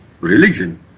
religion